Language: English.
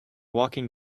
walking